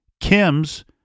Kim's